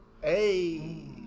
Hey